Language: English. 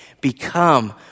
become